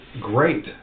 great